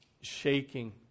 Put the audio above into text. shaking